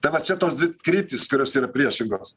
tai va čia tos dvi kryptys kurios yra priešingos